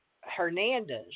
Hernandez